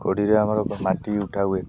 କୋଡ଼ିରେ ଆମର ମାଟି ଉଠାହୁଏ